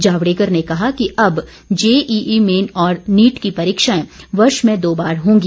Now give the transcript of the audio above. जावड़ेकर ने कहा कि अब जेईई मेन और नीट की परीक्षायें वर्ष में दो बार होगी